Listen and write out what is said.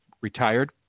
retired